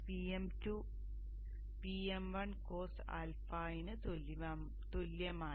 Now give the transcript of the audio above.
Vm2 Vm1 cosα ന് തുല്യമാണ്